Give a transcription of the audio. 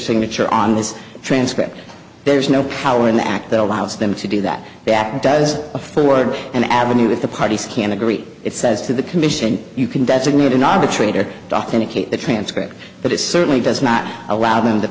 signature on this transcript there's no power in the act that allows them to do that that does afford an avenue that the parties can agree it says to the commission you can designate an arbitrator doc indicate the transcript but it certainly does not allow them t